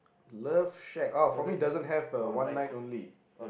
love shag oh for me doesn't have a one night only